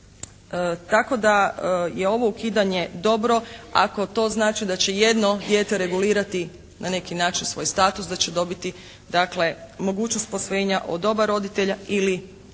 Tako da je ovo ukidanje dobro ako to znači da će jedno dijete regulirati na neki način svoj status, da će dobiti mogućnost posvojenja od oba roditelja ili u nekim